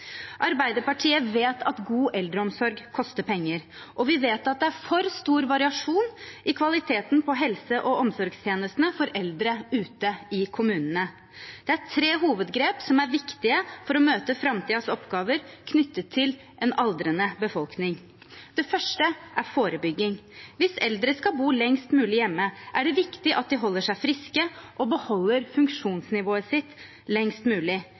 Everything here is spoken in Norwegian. Arbeiderpartiet vet at god eldreomsorg koster penger, og vi vet at det er for stor variasjon i kvaliteten på helse- og omsorgstjenestene for eldre ute i kommunene. Det er tre hovedgrep som er viktige for å møte framtidens oppgaver knyttet til en aldrende befolkning. Det første er forebygging. Hvis eldre skal bo lengst mulig hjemme, er det viktig at de holder seg friske og beholder funksjonsnivået sitt lengst mulig.